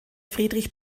friedrich